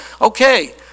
Okay